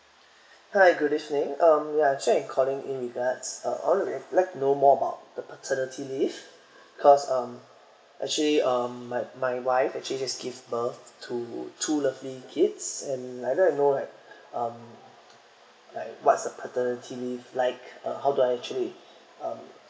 hi good evening um ya actually I'm calling in regards uh I'd like know more about the paternity leave because um actually um my my wife actually just give birth to two lovely kids and I'd like to know like um like what's the paternity leave like uh how do I actually um